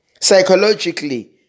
Psychologically